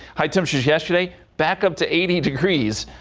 high temperatures yesterday back up to eighty degrees.